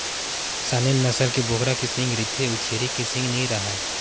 Saanen नसल के बोकरा के सींग रहिथे अउ छेरी के सींग नइ राहय